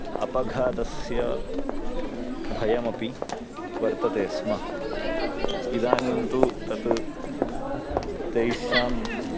अपघातस्य भयमपि वर्तते स्म इदानीं तु तत् तैषां